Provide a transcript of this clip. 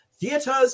theaters